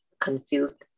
confused